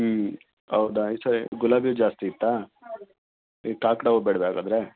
ಹ್ಞೂ ಹೌದಾ ಗುಲಾಬಿ ಹೂ ಜಾಸ್ತಿ ಇತ್ತಾ ಈ ಕಾಕಡಾ ಹೂ ಬೇಡವಾ ಹಾಗಾದ್ರೆ